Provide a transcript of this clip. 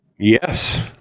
Yes